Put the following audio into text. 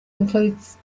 includes